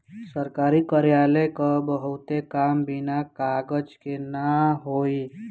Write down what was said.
सरकारी कार्यालय क बहुते काम बिना कागज के ना होई